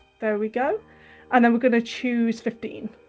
there we go and then, we're going to choose fifteen